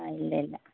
അല്ലല്ല